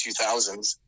2000s